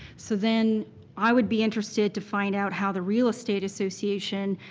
so then i would be interested to find out how the real estate association,